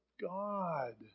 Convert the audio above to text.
God